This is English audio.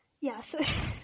Yes